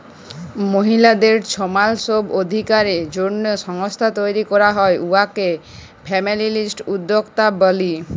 মহিলাদের ছমাল ছব অধিকারের জ্যনহে সংস্থা তৈরি ক্যরা হ্যয় উয়াকে ফেমিলিস্ট উদ্যক্তা ব্যলি